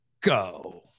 go